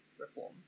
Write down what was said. reform